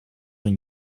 een